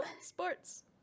sports